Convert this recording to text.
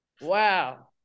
Wow